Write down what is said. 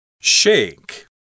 Shake